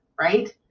right